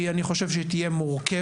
אני חושב שהיא תהיה מורכבת,